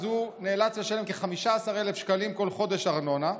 הוא נאלץ לשלם כ-15,000 שקלים בכל חודש על ארנונה.